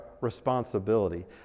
responsibility